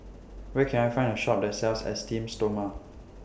Where Can I Find A Shop that sells Esteem Stoma